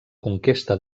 conquesta